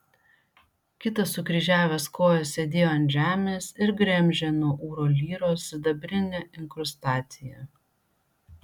kitas sukryžiavęs kojas sėdėjo ant žemės ir gremžė nuo ūro lyros sidabrinę inkrustaciją